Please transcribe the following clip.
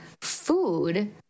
food